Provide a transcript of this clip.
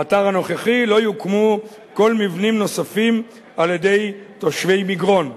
באתר הנוכחי לא יוקמו כל מבנים נוספים על-ידי תושבי מגרון".